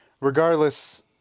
Regardless